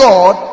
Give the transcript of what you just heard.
God